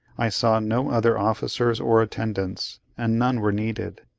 i saw no other officers or attendants, and none were needed.